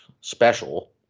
Special